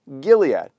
Gilead